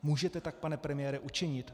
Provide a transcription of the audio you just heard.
Můžete tak, pane premiére, učinit?